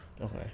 okay